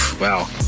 Wow